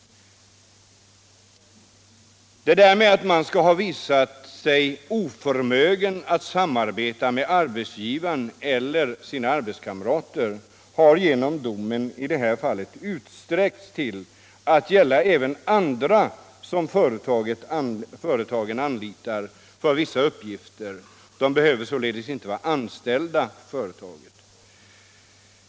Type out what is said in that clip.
Det där att man skall ha visat sig ”oförmögen att samarbeta med arbetsgivaren eller sina arbetskamrater” har genom domen i detta fall utsträckts till att gälla även andra som företagen anlitar för vissa uppgifter på en arbetsplats; de behöver således inte vara anställda av företagen.